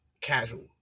casual